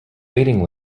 waiting